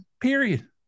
Period